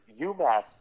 UMass